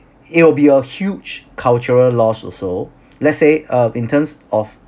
it will be a huge cultural loss also let's say uh in terms of